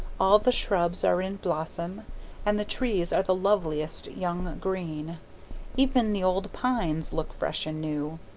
all the shrubs are in blossom and the trees are the loveliest young green even the old pines look fresh and new.